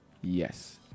yes